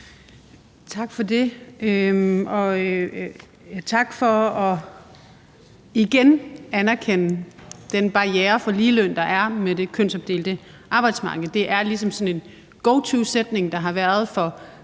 Tak for det. Og tak for igen at anerkende den barriere for ligeløn, der er med det kønsopdelte arbejdsmarked. Det er sådan en go to-sætning, der har været hos